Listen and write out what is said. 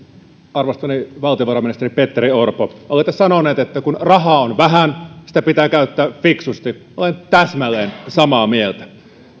arvostamani valtiovarainministeri petteri orpo olette sanonut että kun rahaa on vähän sitä pitää käyttää fiksusti olen täsmälleen samaa mieltä